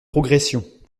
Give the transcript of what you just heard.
progression